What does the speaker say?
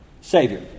Savior